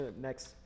next